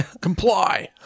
Comply